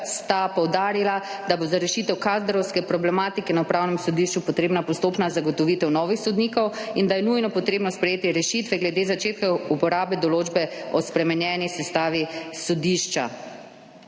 sta poudarila, da bo za rešitev kadrovske problematike na Upravnem sodišču potrebna postopna zagotovitev novih sodnikov in da je nujno potrebno sprejeti rešitve glede začetka uporabe določbe o spremenjeni sestavi sodišča,